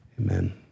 Amen